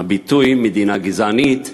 הביטוי "מדינה גזענית",